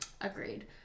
Agreed